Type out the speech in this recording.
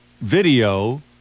video